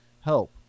help